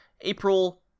April